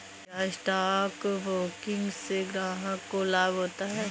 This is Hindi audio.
क्या स्टॉक ब्रोकिंग से ग्राहक को लाभ होता है?